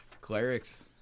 Clerics